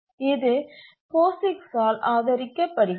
இது போசிக்ஸ் ஆல் ஆதரிக்கப்படுகிறது